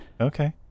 Okay